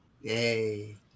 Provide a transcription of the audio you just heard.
Yay